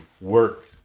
work